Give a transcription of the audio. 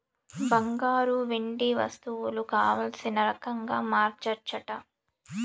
బంగారు, వెండి వస్తువులు కావల్సిన రకంగా మార్చచ్చట